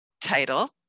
title